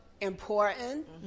important